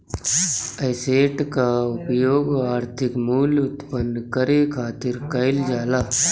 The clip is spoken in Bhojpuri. एसेट कअ उपयोग आर्थिक मूल्य उत्पन्न करे खातिर कईल जाला